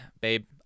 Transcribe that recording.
babe